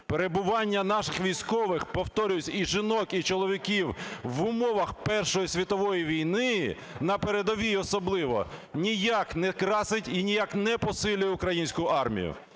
Перебування наших військових, повторююсь, і жінок, і чоловіків в умовах Першої світової війни, на передовій особливо, ніяк не красить і ніяк не посилює українську армію.